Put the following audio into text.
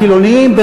החילונים,